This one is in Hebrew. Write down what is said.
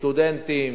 סטודנטים,